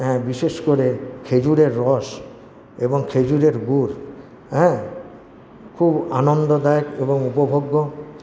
বিশেষ করে খেজুরের রস এবং খেজুরের গুড় হ্যাঁ খুব আনন্দদায়ক এবং উপভোগ্য